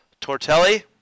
Tortelli